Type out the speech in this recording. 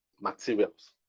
materials